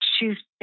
choose